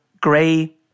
gray